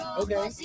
Okay